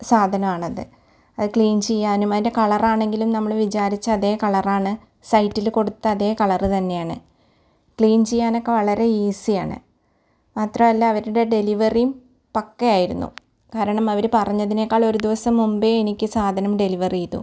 സാധനവാണത് അത് ക്ലീൻ ചെയ്യാനും അതിൻ്റെ കളറാണെങ്കിലും നമ്മള് വിചാരിച്ച അതേ കളറാണ് സൈറ്റില് കൊടുത്ത അതേ കളറ് തന്നെയാണ് ക്ലീൻ ചെയ്യാനൊക്കെ വളരെ ഈസിയാണ് മാത്രമല്ല അവരടെ ഡെലിവെറിയും പക്ക ആയിരുന്നു കാരണം അവര് പറഞ്ഞതിനെക്കാൾ ഒര് ദിവസം മുമ്പേ എനിക്ക് സാധനം ഡെലിവർ ചെയ്തു